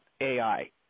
AI